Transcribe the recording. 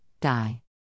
die